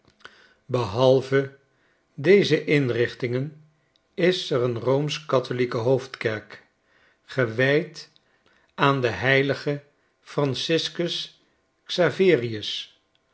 behalve deze inrichtingen is er een roomschkatholieke hoofdkerk gewijd aan denh franciscus xaverius